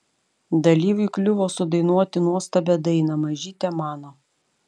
dalyviui kliuvo sudainuoti nuostabią dainą mažyte mano